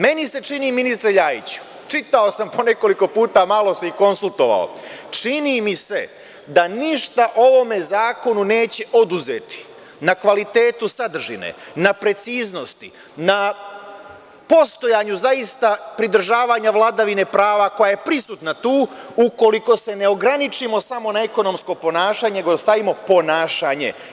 Meni se čini, ministre Ljajiću, čitao sam po nekoliko puta, malo se i konsultovao, da ništa ovome zakonu neće oduzeti na kvalitetu sadržine, na preciznosti, na postojanju zaista pridržavanja vladavine prava koja je prisutna tu, ukoliko se ne ograničimo samo na „ekonomsko ponašanje“ nego da stavimo „ponašanje“